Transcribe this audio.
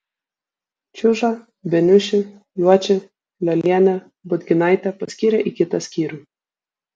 čiužą beniušį juočį liolienę budginaitę paskyrė į kitą skyrių